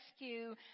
rescue